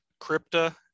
Crypta